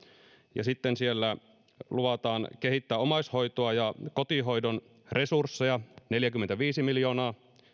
sitten siellä luvataan kehittää omaishoitoa ja kotihoidon resursseja neljäkymmentäviisi miljoonaa